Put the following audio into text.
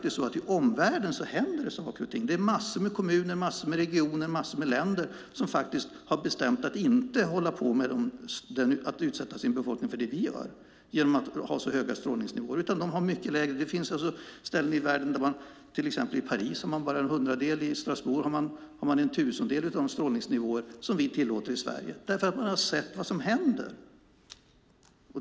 I omvärlden händer det faktiskt saker och ting. Det är många kommuner, regioner och länder som faktiskt har bestämt att inte utsätta sin befolkning för det som vi gör genom att ha så höga strålningsnivåer, utan de har mycket lägre nivåer. I till exempel Paris har man bara en hundradel och i Strasbourg har man en tusendel av de strålningsnivåer som vi tillåter i Sverige därför att man har sett vad som händer.